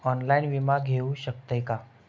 Online विमा घेऊ शकतय का?